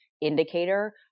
indicator